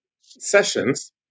sessions